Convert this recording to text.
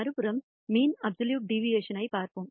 மறுபுறம் மீன் absolute deviation ஐ பார்ப்போம்